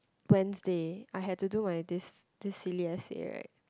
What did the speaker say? Wednesday I had to do my this this silly essay right